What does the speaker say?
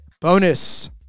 bonus